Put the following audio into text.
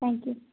thank you